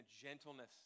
gentleness